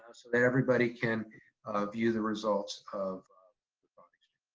so that everybody can view the results of the